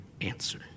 answer